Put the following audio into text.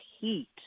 heat